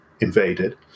invaded